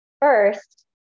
First